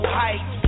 height